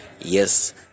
yes